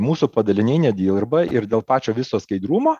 mūsų padaliniai nedirba ir dėl pačio viso skaidrumo